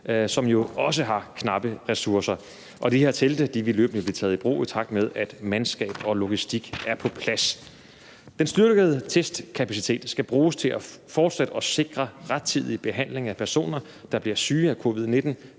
som jo også har knappe ressourcer. Og de her telte vil løbende blive taget i brug, i takt med at mandskab og logistik er på plads. Den styrkede testkapacitet skal bruges til fortsat at sikre rettidig behandling af personer, der bliver syge af covid-19;